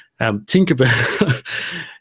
Tinkerbell